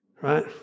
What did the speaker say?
right